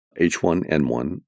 H1N1